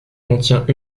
contient